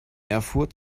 erfurt